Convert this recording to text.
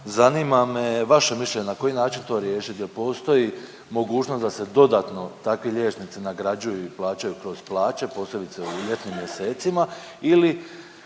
Zanima me vaše mišljenje, na koji način to riješiti. Jel postoji mogućnost da se dodatno takvi liječnici nagrađuju i plaćaju kroz plaće, posebice u ljetnim mjesecima ili